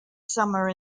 summer